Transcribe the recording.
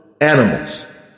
animals